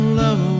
love